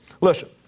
Listen